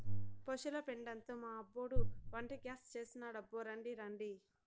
పశుల పెండతో మా అబ్బోడు వంటగ్యాస్ చేసినాడబ్బో రాండి రాండి